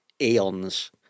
eons